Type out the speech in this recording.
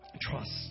trust